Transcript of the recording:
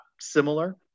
similar